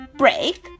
break